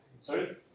Sorry